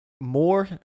more